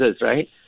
right